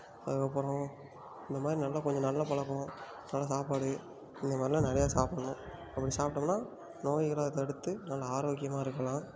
அதுக்கப்புறம் இந்தமாதிரி நல்ல கொஞ்சம் நல்ல பழக்கம் நல்ல சாப்பாடு இந்தமாதிரியெல்லாம் நிறையா சாப்பிட்ணும் அப்படி சாப்பிட்டோம்னா நோய்கள்லாம் அது தடுத்து நல்ல ஆரோக்கியமாக இருக்கலாம்